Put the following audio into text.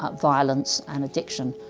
ah violence, and addiction,